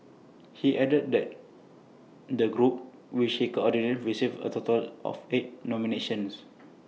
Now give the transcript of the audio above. he added that the group which he coordinates received A total of eight nominations